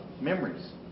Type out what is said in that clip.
memories